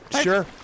Sure